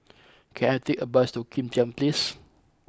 can I take a bus to Kim Tian Place